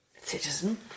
citizen